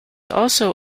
also